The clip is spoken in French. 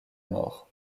mort